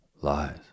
Lies